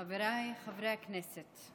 חבריי חברי הכנסת,